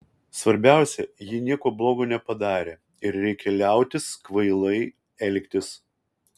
svarbiausia ji nieko blogo nepadarė ir reikia liautis kvailai elgtis